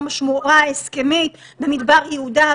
גם ב"שמורה ההסכמית" במדבר יהודה,